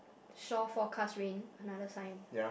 shore forecast rain another sign